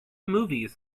movies